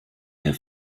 der